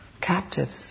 captives